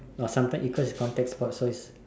so sometimes it comes in contact first so it's